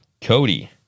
Cody